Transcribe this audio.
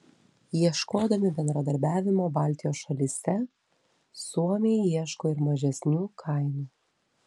ieškodami bendradarbiavimo baltijos šalyse suomiai ieško ir mažesnių kainų